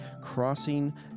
crossing